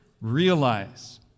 realize